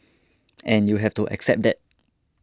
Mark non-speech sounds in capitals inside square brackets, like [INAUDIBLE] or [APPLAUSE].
[NOISE] and you have to accept that